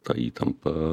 ta įtampa